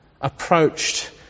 approached